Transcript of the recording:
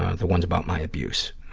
the ones about my abuse.